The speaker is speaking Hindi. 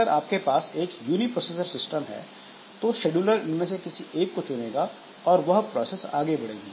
अगर आपके पास एक यूनिप्रोसेसर सिस्टम है तो शेड्यूलर इन में से किसी एक को चुनेगा और वह प्रोसेस आगे बढ़ेगी